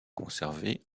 conservé